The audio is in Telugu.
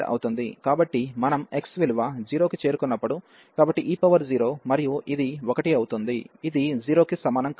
కాబట్టి మనం x విలువ 0 కి చేరుకున్నప్పుడు కాబట్టి e0 మరియు ఇది 1 అవుతుంది ఇది 0 కి సమానం కాదు